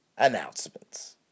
announcements